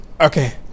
Okay